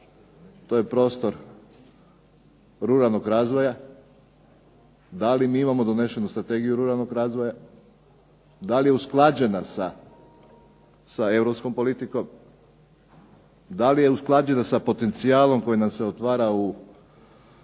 to je prostor ruralnog razvoja. Da li imam donešenu strategiju ruralnog razvoja, da li je usklađena sa europskom politikom, da li usklađena sa potencijalom koje se otvara u